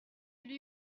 lui